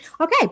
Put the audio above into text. Okay